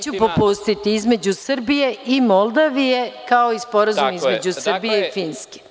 Neću popustiti, između Srbije i Moldavije, kao i Sporazum između Srbije i Finske.